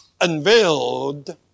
unveiled